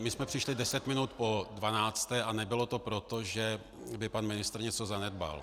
My jsme přišli deset minut po dvanácté a nebylo to proto, že by pan ministr něco zanedbal.